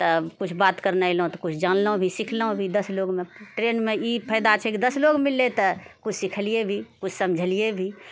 तऽ कुछ बात करनाइ अयलहुँ तऽ कुछ जानलहुँ भी सिखलहुँ भी दश लोकमे ट्रेनमे ई फायदा छै कि दश लोक मिललय तऽ कुछ सिखलियै भी कुछ समझलियै भी